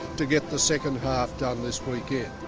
to get the second half done this weekend.